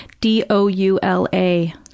D-O-U-L-A